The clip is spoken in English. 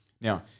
Now